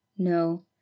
No